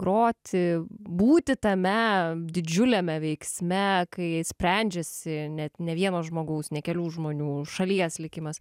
groti būti tame didžiuliame veiksme kai sprendžiasi net ne vieno žmogaus ne kelių žmonių šalies likimas